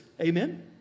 Amen